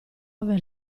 aver